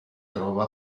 trova